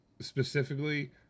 specifically